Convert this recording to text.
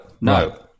No